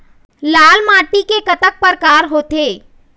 लाल माटी के कतक परकार होथे?